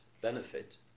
benefit